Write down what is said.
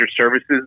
services